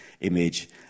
image